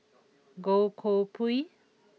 Goh Koh Pui